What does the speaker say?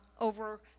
over